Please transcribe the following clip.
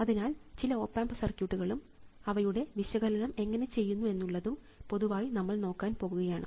അതിനാൽ ചില op amp സർക്യൂട്ടുകളും അവയുടെ വിശകലനം എങ്ങനെ ചെയ്യുന്നു എന്നുള്ളതും പൊതുവായി നമ്മൾ നോക്കാൻ പോകുകയാണ്